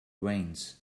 veins